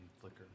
flicker